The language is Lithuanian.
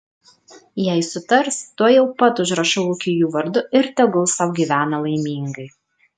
jei sutars tuojau pat užrašau ūkį jų vardu ir tegul sau gyvena laimingai